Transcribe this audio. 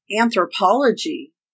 Anthropology